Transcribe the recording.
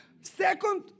Second